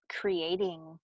creating